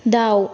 दाउ